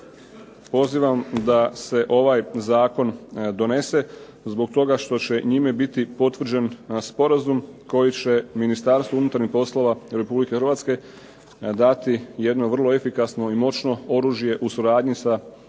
pozivam da se ovaj zakon donese zbog toga što će njime biti potvrđen sporazum koji će Ministarstvo unutarnjih poslova Republike Hrvatske dati jedno vrlo efikasno i moćno oružje u suradnji sa Ministarstvom